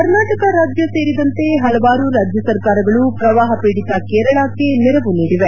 ಕರ್ನಾಟಕ ರಾಜ್ಯ ಸೇರಿದಂತೆ ಹಲವಾರು ರಾಜ್ಯ ಸರ್ಕಾರಗಳು ಪ್ರವಾಹ ಪೀಡಿತ ಕೇರಳಕ್ಕೆ ನೆರವು ನೀಡಿವೆ